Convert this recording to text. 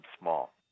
small